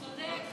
הוא צודק.